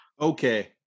Okay